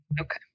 Okay